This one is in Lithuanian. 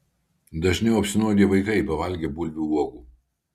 dažniau apsinuodija vaikai pavalgę bulvių uogų